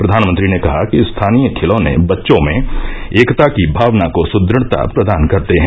प्रधानमंत्री ने कहा कि स्थानीय खिलौने बच्चों में एकता की भावना को सुदृढ़ता प्रदान करते हैं